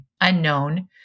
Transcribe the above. unknown